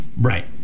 Right